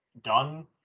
done